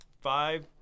five